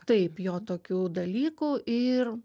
taip jo tokių dalykų ir